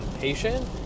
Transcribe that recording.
patient